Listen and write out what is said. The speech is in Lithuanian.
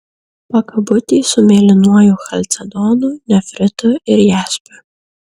pakabutį su mėlynuoju chalcedonu nefritu ir jaspiu